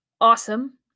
awesome